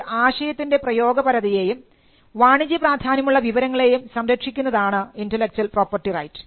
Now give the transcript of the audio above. ഒരു ആശയത്തിൻറെ പ്രയോഗപരതയെയും വാണിജ്യപ്രാധാന്യമുള്ള വിവരങ്ങളെയും സംരക്ഷിക്കുന്നതാണ് ഇന്റെലക്ച്വൽ പ്രോപ്പർട്ടി റൈറ്റ്